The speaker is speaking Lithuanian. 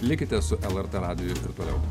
likite su lrt radiju ir toliau